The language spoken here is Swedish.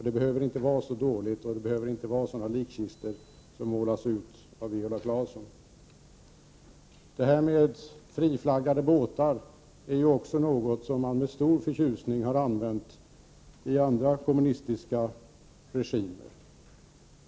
Det behöver inte vara fråga om sådana likkistor som det målas ut av Viola Claesson. Detta med friflaggade båtar är något som man med stor förtjusning använt i också kommunistiska regimer.